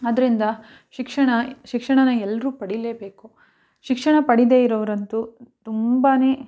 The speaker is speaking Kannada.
ಅದ್ದರಿಂದ ಶಿಕ್ಷಣ ಶಿಕ್ಷಣ ಎಲ್ಲರೂ ಪಡಿಲೇಬೇಕು ಶಿಕ್ಷಣ ಪಡಿದೇ ಇರೋವ್ರಂತೂ ತುಂಬಾ